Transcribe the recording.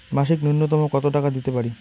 মাসিক নূন্যতম কত টাকা দিতে পারি?